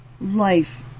life